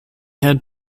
had